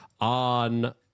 on